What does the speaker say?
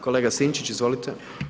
Kolega Sinčić, izvolite.